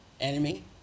enemy